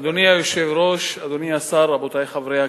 אדוני היושב-ראש, אדוני השר, רבותי חברי הכנסת,